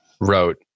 wrote